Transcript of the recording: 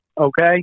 Okay